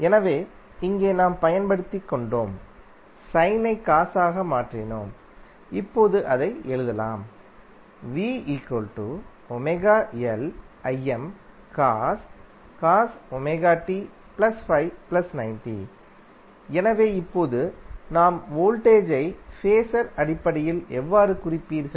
எனவே இங்கே நாம் பயன்படுத்திக் கொண்டோம் சைனை காஸாக மாற்றினோம் இப்போது அதை எழுதலாம் எனவே இப்போது நாம் வோல்டேஜ் ஐ ஃபேஸர் அடிப்படையில் எவ்வாறு குறிப்பீர்கள்